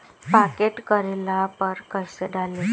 Pocket करेला पर कैसे डाली?